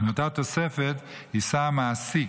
מאותה התוספת יישא המעסיק,